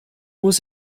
muss